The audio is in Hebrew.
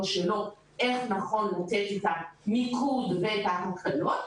שלו איך נכון לתת את המיקוד ואת ההקלות,